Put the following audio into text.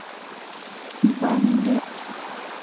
ᱵᱟᱝᱜᱮ ᱴᱷᱤᱠ